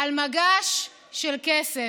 על מגש של כסף.